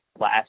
last